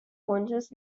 buntes